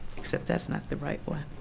except that's not the right one.